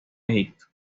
egipto